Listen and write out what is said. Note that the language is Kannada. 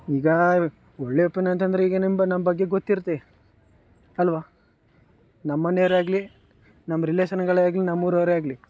ಈಗ ಒಳ್ಳೆಯ ಒಪೀನಿಯನ್ ಅಂತ ಅಂದ್ರೆ ಈಗ ನಿಮ್ಮ ಬ ನಮ್ಮ ಬಗ್ಗೆ ಗೊತ್ತಿರುತ್ತೆ ಅಲ್ವ ನಮ್ಮ ಮನೆಯವರಾಗ್ಲಿ ನಮ್ಮ ರಿಲೇಷನ್ಗಳೆ ಆಗಲಿ ನಮ್ಮ ಊರವರೇ ಆಗಲಿ